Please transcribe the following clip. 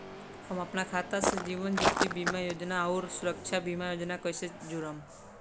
हम अपना खाता से जीवन ज्योति बीमा योजना आउर सुरक्षा बीमा योजना के कैसे जोड़म?